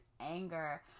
anger